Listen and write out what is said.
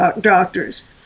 doctors